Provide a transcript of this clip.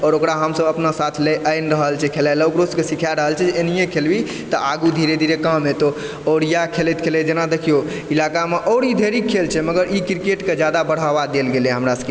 आओर ओकरा हमसब अपना साथ लए आनि रहल छै खेलाइ लए ओकरो सबके सिखाए रहल छी जे एनिये खेलबिही तऽ आगू धीरे धीरे काम एतौ और यए खेलैत खेलैत जेना देखियौ इलाका मे औरी ढेरी खेल छै मगर ई क्रिकेट के जादा बढ़ावा देल गेलै हमरा सबके